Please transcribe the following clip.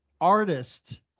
artist